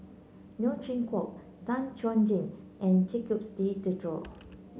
Neo Chwee Kok Tan Chuan Jin and Jacques De Coutre